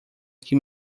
que